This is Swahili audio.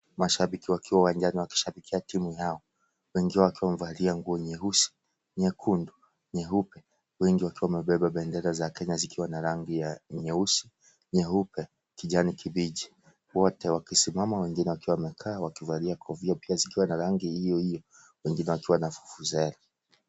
Mashabiki wakiwa uwanjani wanashabikia timu yao wengi wakiwa wamevalia nguo nyeusi, nyekundu, nyeupe wengi wakiwa wamebeba bendera za kenya zikiwa na rangi ya nyeusi nyeupe kijani kibichi wote wakisimama wengine wakiwa wamekaa wakiwa wamevalia kofia zikiwa na rangi hiyo hiyo wengine wakiwa na vuvuzela.